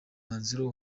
mwanzuro